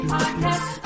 Podcast